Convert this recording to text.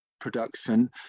production